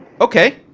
Okay